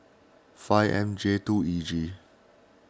five M J two E G